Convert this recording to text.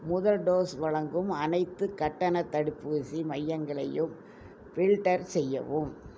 முதல் டோஸ் வழங்கும் அனைத்துக் கட்டணத் தடுப்பூசி மையங்களையும் ஃபில்டர் செய்யவும்